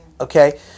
okay